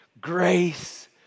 Grace